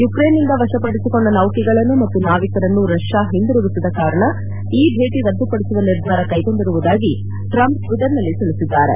ಯುಕ್ರೇನ್ನಿಂದ ವಶಪಡಿಸಿಕೊಂಡ ನೌಕೆಗಳನ್ನು ಮತ್ತು ನಾವಿಕರನ್ನು ರಷ್ಯಾ ಹಿಂದಿರುಗಿಸದ ಕಾರಣ ಈ ಭೇಟಿ ರದ್ದುಪಡಿಸುವ ನಿರ್ಧಾರ ಕೈಗೊಂಡಿರುವುದಾಗಿ ಟ್ರಂಪ್ ಟ್ವಿಟರ್ನಲ್ಲಿ ತಿಳಿಸಿದ್ದಾರೆ